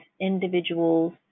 individuals